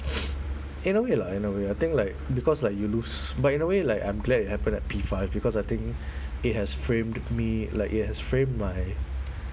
in a way lah in a way I think like because like you lose but in a way like I'm glad it happened at P five because I think it has framed me like it has frame my